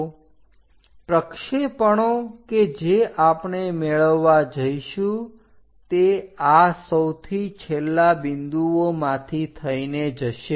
તો પ્રક્ષેપણો કે જે આપણે મેળવવા જઈશું તે આ સૌથી છેલ્લા બિંદુઓમાંથી થઈને જશે